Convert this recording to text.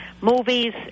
movies